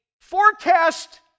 forecast